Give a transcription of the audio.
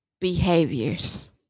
behaviors